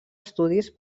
estudis